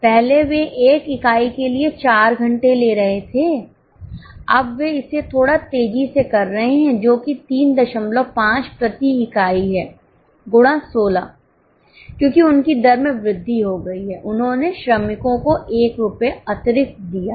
पहले वे 1 इकाई के लिए 4 घंटे ले रहे थे अब वे इसे थोड़ा तेजी से कर रहे हैं जो कि 35 प्रति इकाई है गुणा 16 क्योंकि उनकी दर में वृद्धि हो गई है उन्होंने श्रमिकों को 1 रुपये अतिरिक्त दिया है